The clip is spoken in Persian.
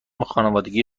خانوادگی